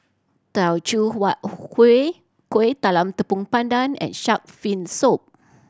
Teochew Huat Kueh Kueh Talam Tepong Pandan and shark fin soup